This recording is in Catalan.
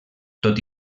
tot